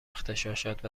اغتشاشات